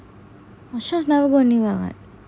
ashash never go anywhere [what]